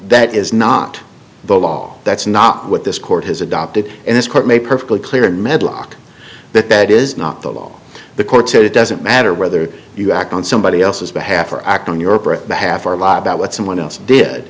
that is not the law that's not what this court has adopted in this court made perfectly clear and medlock that that is not the law the court said it doesn't matter whether you act on somebody else's behalf or act on your birth behalf or lie about what someone else did